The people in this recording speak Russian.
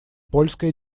польская